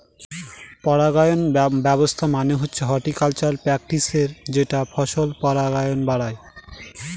পরাগায়ন ব্যবস্থা মানে হচ্ছে হর্টিকালচারাল প্র্যাকটিসের যেটা ফসলের পরাগায়ন বাড়ায়